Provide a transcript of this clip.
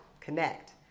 connect